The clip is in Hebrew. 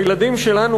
הילדים שלנו,